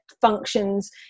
functions